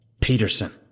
Peterson